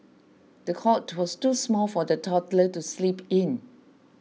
the cot was too small for the toddler to sleep in